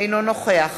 אינו נוכח